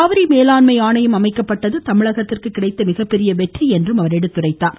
காவிரி மேலாண்மை ஆணையம் அமைக்கப்பட்டது தமிழகத்திற்கு கிடைத்த மிகப்பெரிய வெற்றி என்று குறிப்பிட்டார்